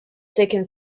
taken